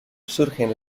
surgen